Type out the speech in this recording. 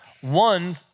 one